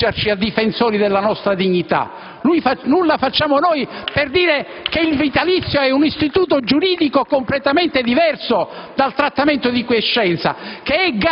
per ergerci a difensori della nostra dignità. *(Applausi dal Gruppo* *PdL).* Nulla facciamo noi per dire che il vitalizio è un istituto giuridico completamente diverso dal trattamento di quiescenza,